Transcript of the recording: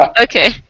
Okay